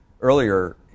earlier